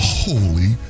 holy